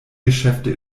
geschäfte